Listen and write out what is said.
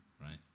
right